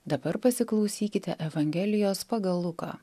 dabar pasiklausykite evangelijos pagal luką